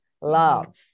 love